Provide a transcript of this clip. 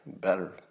better